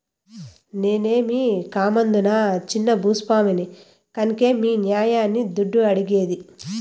నేనేమీ కామందునా చిన్న భూ స్వామిని కన్కే మీ నాయన్ని దుడ్డు అడిగేది